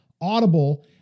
audible